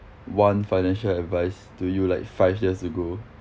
one financial advice to you like five years ago